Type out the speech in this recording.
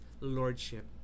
lordship